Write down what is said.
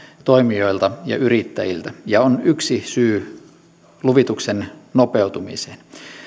toimijoilta ja yrittäjiltä ja on yksi syy luvituksen nopeutumiseen